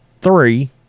three